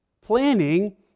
Planning